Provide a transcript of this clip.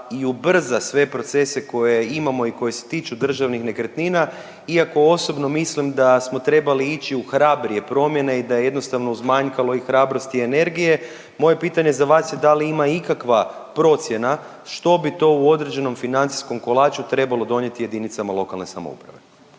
i ubrza sve procese koje imamo i koji se tiču državnih nekretnina, iako osobno mislim da smo trebali ići u hrabrije promjene i da je jednostavno uzmanjkalo i hrabrosti i energije. Moje pitanje za vas je da li ima ikakva procjena što bi to u određenom financijskom kolaču trebalo donijeti jedinicama lokalne samouprave.